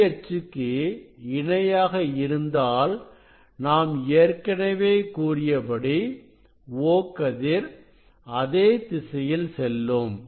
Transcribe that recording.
ஒளி அச்சுக்கு இணையாக இருந்தாள் நான் ஏற்கனவே கூறியபடி O கதிர் அதே திசையில் செல்லும்